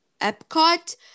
Epcot